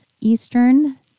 Eastern